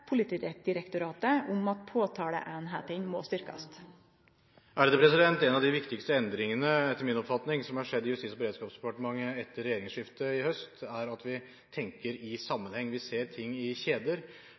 Politidirektoratet om at påtaleeininga må styrkast? En av de viktigste endringene som er skjedd i justis- og beredskapsdepartementet etter regjeringsskiftet i høst er – etter min oppfatning – at vi tenker i